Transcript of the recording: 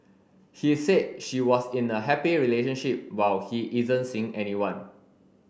he said she was in a happy relationship while he isn't seeing anyone